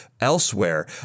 elsewhere